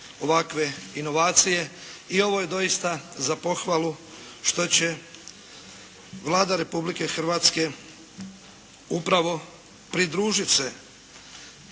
ovakve inovacije i ovo je doista za pohvalu što će Vlada Republike Hrvatske upravo pridružiti se